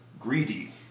greedy